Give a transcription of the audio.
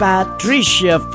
Patricia